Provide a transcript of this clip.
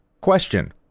Question